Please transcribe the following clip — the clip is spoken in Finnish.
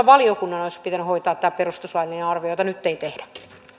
valiokunnan olisi pitänyt hoitaa tämä perustuslaillinen arvio jota nyt ei tehdä